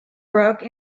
broke